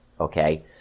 Okay